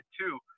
two